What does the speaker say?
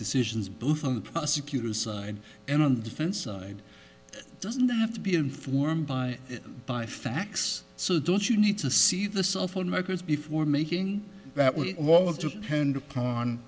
decisions both on the prosecutor's side and on the defense side doesn't have to be informed by by facts so don't you need to see the cell phone records before making that we want to pend upon